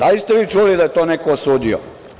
Da li ste vi čuli da je to neko osudio?